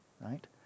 right